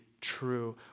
true